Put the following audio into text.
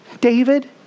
David